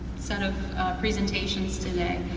set of presentations today.